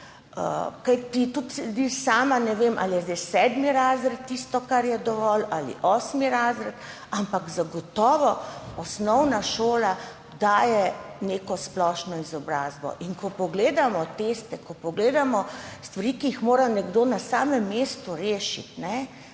tudi sama ne vem, ali je zdaj sedmi razred tisto, kar je dovolj, ali osmi razred, ampak zagotovo osnovna šola daje neko splošno izobrazbo. Ko pogledamo teste, ko pogledamo stvari, ki jih mora nekdo na samem mestu rešiti,